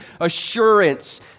assurance